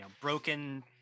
broken